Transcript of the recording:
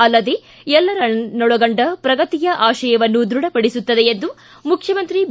ಅಲ್ಲದೆ ಎಲ್ಲರನ್ನೊಳಗೊಂಡ ಪ್ರಗತಿಯ ಆಶಯವನ್ನು ದೃಢಪಡಿಸುತ್ತದೆ ಎಂದು ಮುಖ್ಯಮಂತ್ರಿ ಬಿ